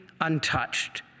untouched